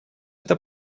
это